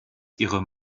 ihre